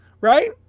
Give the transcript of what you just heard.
right